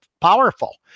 powerful